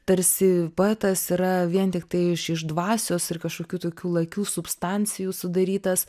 tarsi poetas yra vien tiktai iš iš dvasios ir kažkokių tokių lakių substancijų sudarytas